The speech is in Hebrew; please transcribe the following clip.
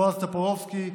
בועז טופורובסקי,